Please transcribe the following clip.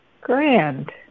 Grand